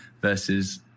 versus